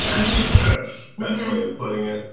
is is the best way of putting it